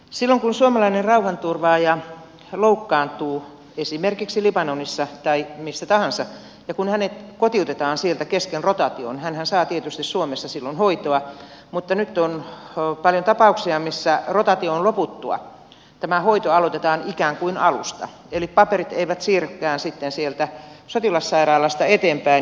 silloin kun suomalainen rauhanturvaaja loukkaantuu esimerkiksi libanonissa tai missä tahansa ja kun hänet kotiutetaan sieltä kesken rotaation hänhän saa tietysti suomessa silloin hoitoa mutta nyt on paljon tapauksia joissa rotaation loputtua tämä hoito aloitetaan ikään kuin alusta eli paperit eivät siirrykään sitten sieltä sotilassairaalasta eteenpäin